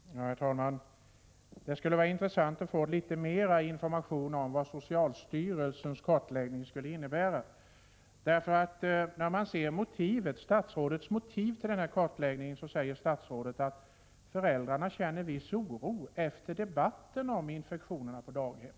Herr talman! Det skulle vara intressant att få litet mera information om vad socialstyrelsens kartläggning skulle innebära. I direktiven för denna kartläggning säger statsrådet nämligen att föräldrarna känner viss oro efter debatten om infektionerna på daghem.